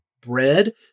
bread